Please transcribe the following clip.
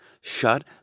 Shut